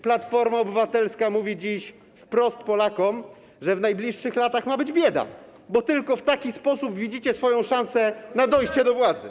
Platforma Obywatelska dziś mówi Polakom wprost, że w najbliższych latach ma być bieda, bo tylko w taki sposób widzicie swoją szansę na dojście do władzy.